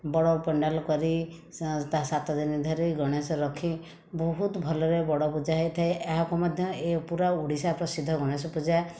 ବଡ଼ ପେଣ୍ଡାଲ କରି ତା ସାତ ଦିନ ଧରି ଗଣେଶ ରଖି ବହୁତ ଭଲରେ ବଡ଼ ପୂଜା ହୋଇଥାଏ ଏହାକୁ ମଧ୍ୟ ଏହା ପୁରା ଓଡ଼ିଶା ପ୍ରସିଦ୍ଧ ଗଣେଶ ପୂଜା